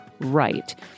right